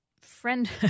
Friend